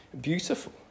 beautiful